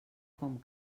com